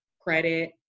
credit